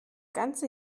ganze